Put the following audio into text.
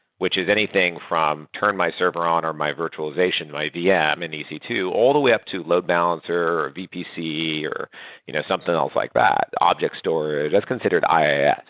which is anything from turn my server on or my virtualization and my vm in e c two all the way up to load balancer or a vpc or you know something else like that, object storage. that's considered iaas.